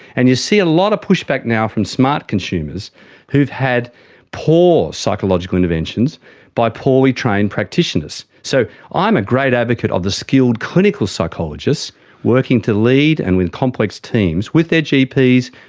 and you see a lot of push-back now from smart consumers who have had poor psychological interventions by poorly trained practitioners. so i'm a great advocate of the skilled clinical psychologist working to lead and in complex teams with their gps,